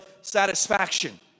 satisfaction